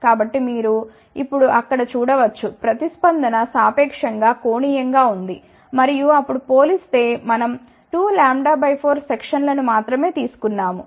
కాబట్టి మీరు ఇప్పుడు అక్కడ చూడ వచ్చు ప్రతిస్పందన సాపేక్షం గా కోణీయంగా ఉంది మరియు అప్పుడు పోలిస్తే మనం 2 λ 4 సెక్షన్ లను మాత్రమే తీసుకున్నాము